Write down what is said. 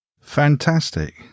Fantastic